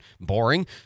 boring